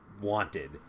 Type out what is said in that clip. wanted